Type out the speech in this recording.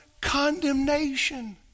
condemnation